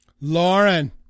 lauren